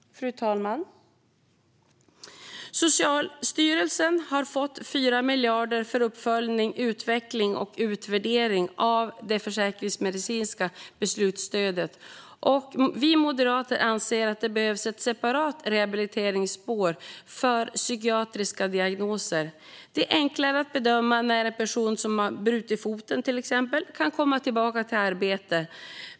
Fru talman! Socialstyrelsen har fått 4 miljarder för uppföljning, utveckling och utvärdering av det försäkringsmedicinska beslutsstödet. Vi moderater anser att det behövs ett separat rehabiliteringsspår för psykiatriska diagnoser. Det är enklare att bedöma när en person som till exempel har brutit foten kan komma tillbaka i arbete.